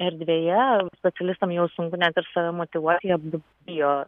erdvėje specialistams jau sunku net per save motyvuoti jie bijo